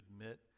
admit